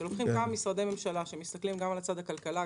שלוקחים כמה משרדי ממשלה שמסתכלים גם על צד הכלכלה,